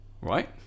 right